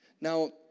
Now